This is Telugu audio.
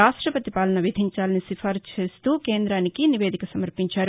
రాష్టపతి పాలన విధించాలని సిఫారుసు చేస్తూ కేంద్రానికి నివేదిక సమర్పించారు